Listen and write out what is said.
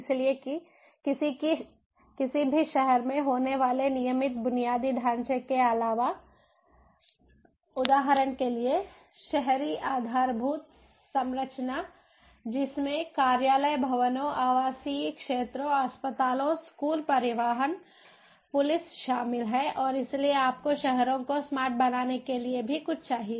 इसलिए किसी भी शहर में होने वाले नियमित बुनियादी ढांचे के अलावा उदाहरण के लिए शहरी आधारभूत संरचना जिसमें कार्यालय भवनों आवासीय क्षेत्रों अस्पतालों स्कूल परिवहन पुलिस शामिल है और इसलिए आपको शहरों को स्मार्ट बनाने के लिए भी कुछ चाहिए